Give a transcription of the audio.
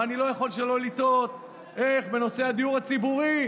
ואני לא יכול שלא לתהות איך בנושא הדיור הציבורי,